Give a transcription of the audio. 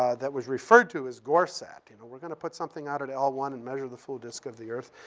ah that was referred to as goresat. you know we're gonna put something out at l one and measure the full disc of the earth.